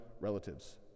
relatives